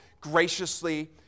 graciously